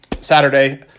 Saturday